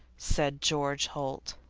said george holt.